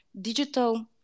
digital